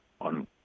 on